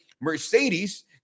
Mercedes